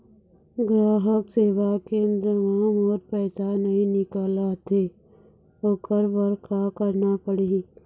ग्राहक सेवा केंद्र म मोर पैसा नई निकलत हे, ओकर बर का करना पढ़हि?